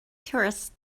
tourists